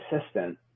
assistant